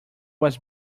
was